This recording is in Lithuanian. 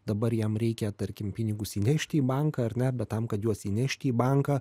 dabar jam reikia tarkim pinigus įnešti į banką ar ne bet tam kad juos įnešti į banką